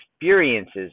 experiences